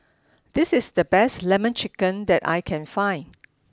this is the best lemon chicken that I can find